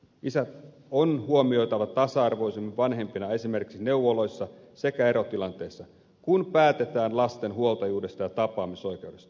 isät on huomioitava tasa arvoisina vanhempina esimerkiksi neuvoloissa sekä erotilanteessa kun päätetään lasten huoltajuudesta ja tapaamisoikeudesta